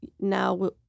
now